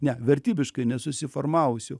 ne vertybiškai nesusiformavusių